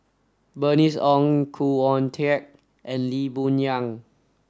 Bernice Ong Khoo Oon Teik and Lee Boon Yang